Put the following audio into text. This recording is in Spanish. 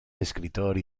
escritor